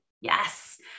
Yes